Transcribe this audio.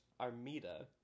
Armida